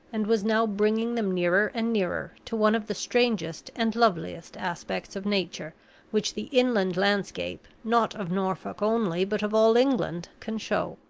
and was now bringing them nearer and nearer to one of the strangest and loveliest aspects of nature which the inland landscape, not of norfolk only, but of all england, can show.